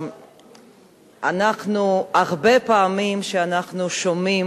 אנחנו הרבה פעמים שומעים